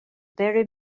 bury